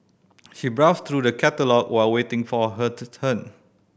she browsed through the catalogue while waiting for her turn